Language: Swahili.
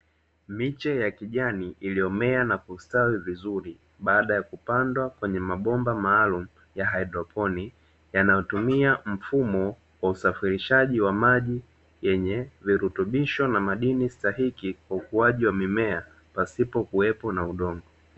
Miche ya kijani iliyomea na kustawi vizuri baada ya kupandwa kwenye mabomba maalumu ya haidroponi, yanayotumia mfumo wa usafirishaji wa maji yenye virutubisho na madini stahiki kwa ukuaji wa mimea pasipo kuwepo na udongo.